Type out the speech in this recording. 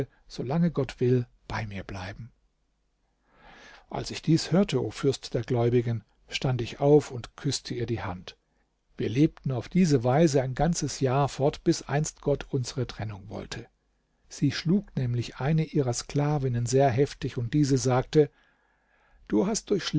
solange gott will bei mir bleiben als ich dies hörte o fürst der gläubigen stand ich auf und küßte ihr die hand wir lebten auf diese weise ein ganzes jahr fort bis einst gott unsere trennung wollte sie schlug nämlich eine ihrer sklavinnen sehr heftig und diese sagte du hast durch